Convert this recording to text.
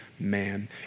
Man